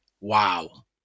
wow